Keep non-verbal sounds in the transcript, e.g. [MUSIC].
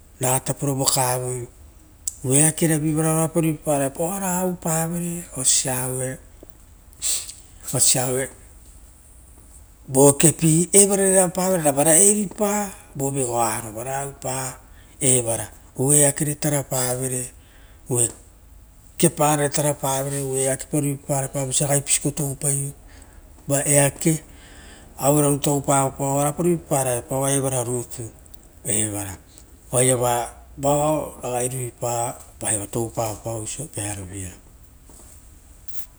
Rataporo vokavoi oeakeravi arao oa rapa mipaparuepa oara aupa [HESITATION] osia aue vokepi eripa vo vegoaro, ara purapa oevara oo eakere tarapavere kepara purapavere oo eakepa mipaparavere uva eake auero nitupa mipaparavere, varao oarapa mipaparae pao auero rutui evara oaiava vao mipa ragai varo varao pa.